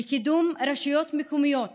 בקידום רשויות מקומיות